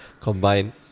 combine